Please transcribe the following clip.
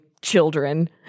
children